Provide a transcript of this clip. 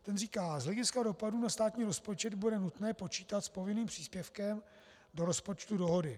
Ten říká, z hlediska dopadů na státní rozpočet bude nutné počítat s povinným příspěvkem do rozpočtu dohody.